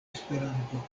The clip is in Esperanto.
esperanto